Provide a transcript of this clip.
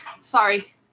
Sorry